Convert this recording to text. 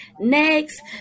next